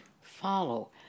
follow